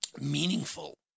meaningful